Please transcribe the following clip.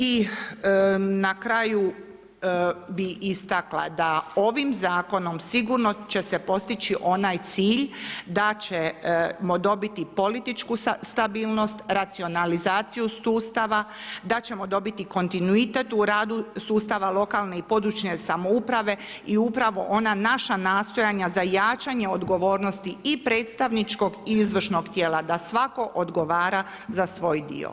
I na kraju bi istakla da ovim zakonom sigurno će se postići onaj cilj da ćemo dobiti političku stabilnost, racionalizaciju sustava da ćemo dobiti kontinuitet u radu sustava lokalne i područne samouprave i upravo ona naša nastojanja za jačanje odgovornosti i predstavničkog i izvršnog tijela, da svatko odgovara za svoj dio.